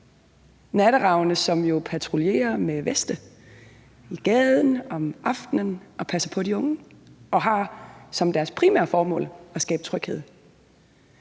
Natteravnene, som jo patruljerer med veste i gaden om aftenen og passer på de unge og har som deres primære formål at skabe tryghed.